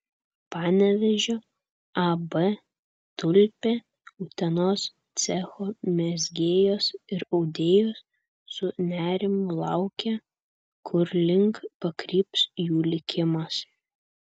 panevėžio ab tulpė utenos cecho mezgėjos ir audėjos su nerimu laukė kurlink pakryps jų likimas